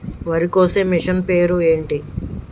వరి కోసే మిషన్ పేరు ఏంటి